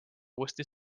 uuesti